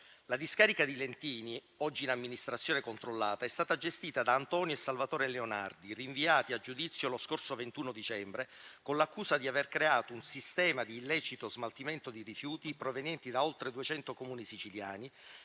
La discarica di Lentini, oggi in amministrazione controllata, è stata gestita da Antonino e Salvatore Leonardi, rinviati a giudizio lo scorso 21 dicembre con l'accusa di aver creato un sistema di illecito smaltimento di rifiuti provenienti da oltre duecento Comuni siciliani,